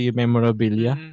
memorabilia